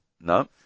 No